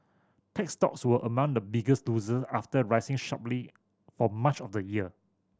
tech stocks were among the biggest loser after rising sharply for much of the year